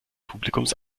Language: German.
publikums